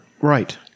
Right